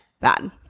bad